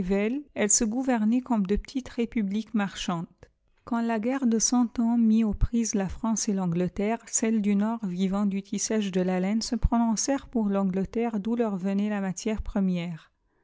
elles se gouvernaient comme de petites républiques marchandes quand la guerre de cent ans mit aux prises la france et l'angleterre celles du nord vivant du tissage de la laine se prononcèrent pour l'angleterre d'où leur venait la matière première